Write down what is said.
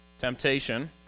temptation